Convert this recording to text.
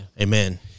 Amen